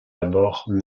abords